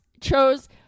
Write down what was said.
chose